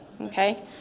Okay